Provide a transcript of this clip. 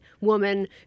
woman